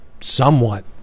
somewhat